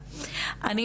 ,